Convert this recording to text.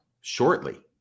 shortly